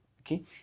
okay